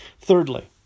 Thirdly